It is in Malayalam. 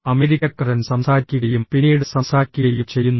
അമേരിക്കക്കാരൻ സംസാരിക്കുകയും പിന്നീട് സംസാരിക്കുകയും ചെയ്യുന്നു